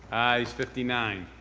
ayes fifty nine.